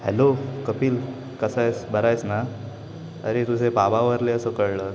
hello Kapil कसा आहेस बराआहेस ना अरे तुझे बाबा वारले असं कळलं